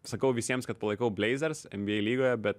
sakau visiems kad palaikau blazers nba lygoje bet